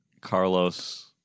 carlos